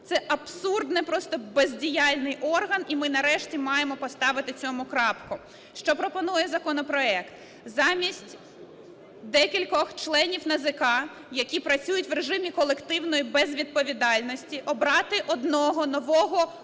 Це абсурдний, просто бездіяльний орган, і ми нарешті маємо поставити цьому крапку. Що пропонує законопроект. Замість декількох членів НАЗК, які працюють в режимі колективної безвідповідальності, обрати одного нового голову